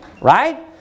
right